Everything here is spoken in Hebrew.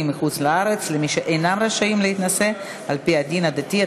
בחוץ-לארץ למי שאינם רשאים להינשא על-פי הדין הדתי,